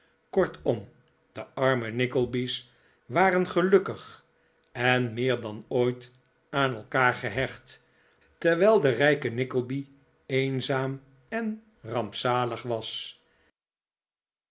kortom de arme nickleby's waren gelukkig en meer dan ooit aan elkaar gehecht terwijl de rijke nickleby eenzaam en rampzalig was